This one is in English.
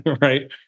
Right